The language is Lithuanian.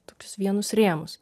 tokius vienus rėmus